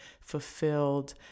fulfilled